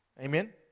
Amen